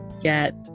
get